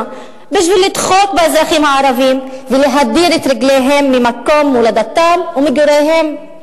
בשביל לדחוק את אזרחים הערבים ולהדיר את רגליהם ממקום הולדתם ומגוריהם.